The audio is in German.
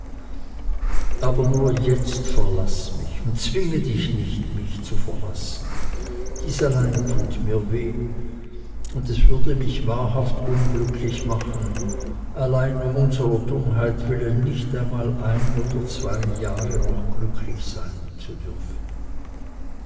aber nur jetzt verlaß mich und zwinge dich nicht mich zu verlassen dies allein tut mir weh und es würde mich wahrhaft unglücklich machen allein um unserer dummheit willen nicht einmal ein oder zwei jahre noch glücklich sein zu dürfen